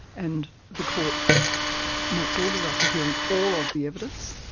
and the court makes orders after hearing all of the evidence.